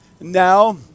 now